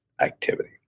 activity